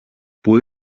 που